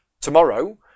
tomorrow